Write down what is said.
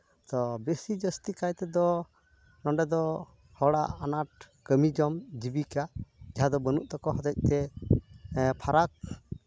ᱚ ᱵᱤᱥᱤ ᱡᱟᱹᱥᱛᱤ ᱠᱟᱭᱛᱮᱫᱚ ᱱᱚᱰᱮ ᱫᱚ ᱦᱚᱲᱟᱜ ᱟᱱᱟᱴ ᱠᱟᱹᱢᱤ ᱡᱚᱝ ᱡᱤᱵᱤᱠᱟ ᱡᱟᱦᱟᱸ ᱫᱚ ᱵᱟᱹᱱᱩᱜ ᱛᱟᱠᱚ ᱦᱚᱛᱮᱡ ᱛᱮ ᱯᱷᱟᱨᱟᱠ